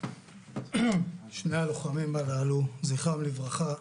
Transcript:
שני הלוחמים הללו, זכרם לברכה,